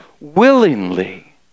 willingly